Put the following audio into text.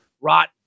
rot